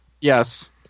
Yes